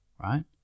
Right